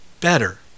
better